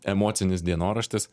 emocinis dienoraštis